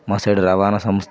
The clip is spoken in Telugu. మా సైడు రవాణ సం